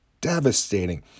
devastating